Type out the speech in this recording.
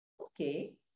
Okay